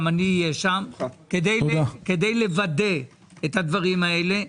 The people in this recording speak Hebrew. גם אני אהיה שם כדי לוודא את הדברים הללו.